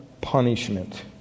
punishment